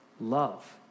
Love